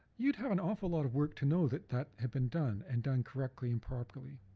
you'd have an awful lot of work to know that that had been done and done correctly and properly.